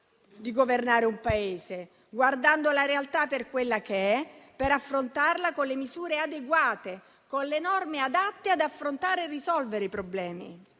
di governare un Paese, guardando la realtà per quella che è e per affrontarla con le misure adeguate, con le norme adatte ad affrontare e risolvere i problemi.